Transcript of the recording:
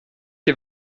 die